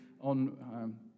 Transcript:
on